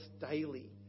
daily